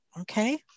Okay